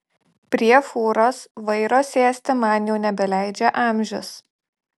prie fūros vairo sėsti man jau nebeleidžia amžius